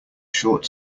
short